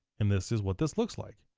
and this is what this looks like.